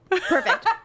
perfect